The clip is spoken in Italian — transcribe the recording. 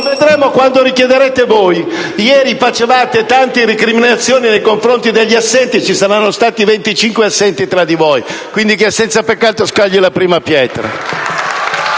vedremo quando la chiederete voi! Ieri facevate tante recriminazioni nei confronti degli assenti, e ci saranno stati 25 assenti tra di voi; quindi, chi è senza peccato scagli la prima pietra.